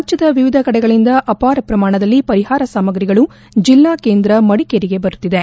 ರಾಜ್ಯದ ವಿವಿಧ ಕಡೆಗಳಿಂದ ಅಪಾರ ಪ್ರಮಾಣದಲ್ಲಿ ಪರಿಹಾರ ಸಾಮಾಗ್ರಿಗಳು ಜೆಲ್ಲಾಕೇಂದ್ರ ಮಡಿಕೇರಿಗೆ ಬರುತ್ತಿದೆ